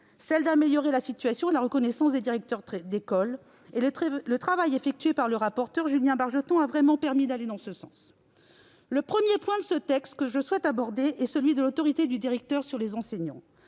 celle d'améliorer la situation et la reconnaissance des directeurs d'école. Le travail effectué par le rapporteur, Julien Bargeton, a vraiment permis d'aller en ce sens. Le premier point du texte que je souhaite aborder est celui de l'autorité du directeur sur les enseignants.